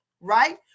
right